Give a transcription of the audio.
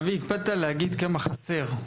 אבי, הקפדת להגיד כמה חסר.